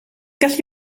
gallu